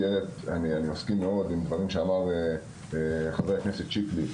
ואני מסכים מאוד עם דברים שאמר חבר הכנסת שיקלי,